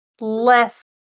less